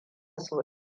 sau